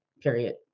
period